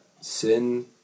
sin